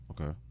Okay